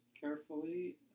carefully